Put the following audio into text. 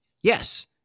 yes